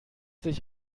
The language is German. sich